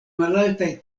malaltaj